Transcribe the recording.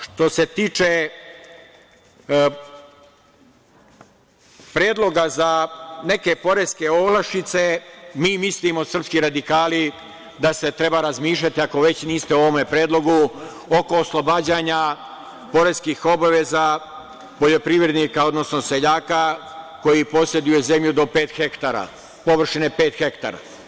Što se tiče predloga za neke poreske olakšice, mi mislimo srpski radikali, da treba razmišljati ako već niste o ovom predlogu, oko oslobađanja poreskih obaveza poljoprivrednika odnosno seljaka koji poseduje zemlju do pet hektara, površine pet hektara.